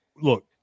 look